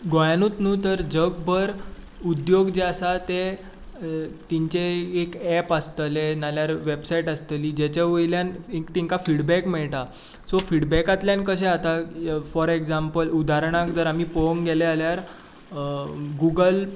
गोंयानूत न्हू तर जगभर उद्द्योग जे आसात ते तिंचे एक एप आसतलें नाजाल्यार वॅबसायट आसतली जेचे वयल्यान तेंकां फिडबॅक मेळटा सो फिडबॅकांतल्यान कशें जाता फाॅर एक्जाम्पल उदाहरणाक जर आमी पळोवंक गेले जाल्यार गुगल